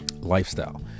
lifestyle